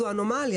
זאת אנומליה.